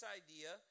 idea